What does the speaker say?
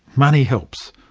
money helps.